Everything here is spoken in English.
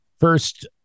first